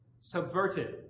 subverted